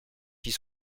fit